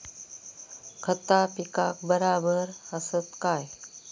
खता पिकाक बराबर आसत काय?